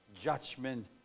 judgment